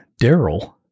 Daryl